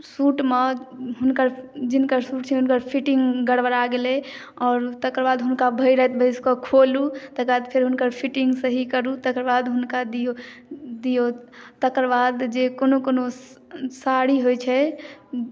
suit मे हुनकर जिनकर सूट छै हुनकर फिटिंग गरबरा गेलै आओर तकरबाद हुनका भरि राति बैस क खोलू तकरबाद फेर हुनकर फिटिंग सही करू तकरबाद हुनका दियौ तकरबाद जे कोनो कोनो साड़ी होइ छै